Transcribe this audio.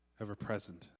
ever-present